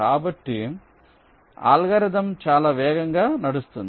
కాబట్టి అల్గోరిథం చాలా వేగంగా నడుస్తుంది